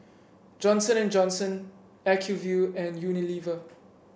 Johnson And Johnson Acuvue and Unilever